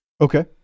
Okay